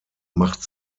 macht